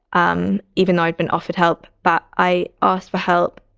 um even though i had been offered help, but i asked for help.